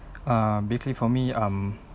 err basically for me um